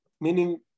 meaning